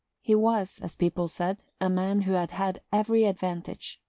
he was, as people said, a man who had had every advantage.